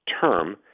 term